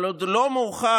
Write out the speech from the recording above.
אבל עוד לא מאוחר